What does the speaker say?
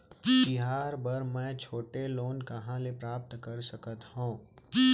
तिहार बर मै छोटे लोन कहाँ ले प्राप्त कर सकत हव?